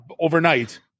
overnight